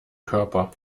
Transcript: körper